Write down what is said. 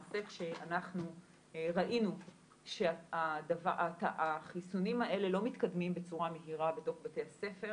כשאנחנו ראינו שהחיסונים האלה לא מתקדמים בצורה מהירה בתוך בתי הספר